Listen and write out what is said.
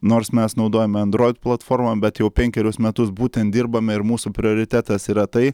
nors mes naudojame android platformą bet jau penkerius metus būtent dirbame ir mūsų prioritetas yra tai